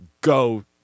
go